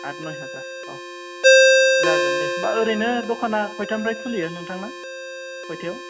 आद नय हाजार औ जागोनदे बा ओरैनो दखाना खइथानिफ्राय खुलियो नोंथांना खइथायाव